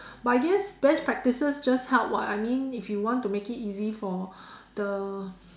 but I guess best practices just help [what] I mean if you want to make it easy for the